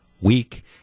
week